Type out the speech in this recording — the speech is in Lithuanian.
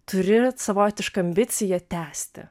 turi savotišką ambiciją tęsti